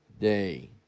day